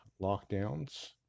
lockdowns